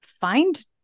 find